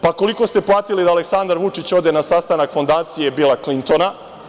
Pa, koliko ste platili da Aleksandar Vučić ode na sastanak fondacije Bila Klintona?